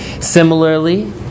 Similarly